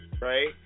right